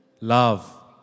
love